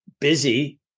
busy